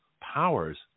powers